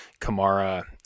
Kamara